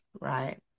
Right